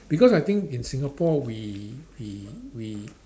because I think in Singapore we we we